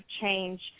change